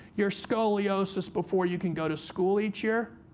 your scoliosis, before you can go to school each year.